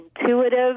intuitive